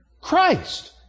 Christ